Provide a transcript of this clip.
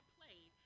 played